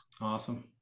awesome